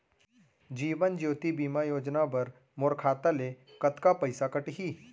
जीवन ज्योति बीमा योजना बर मोर खाता ले कतका पइसा कटही?